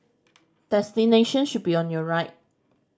destination should be on your right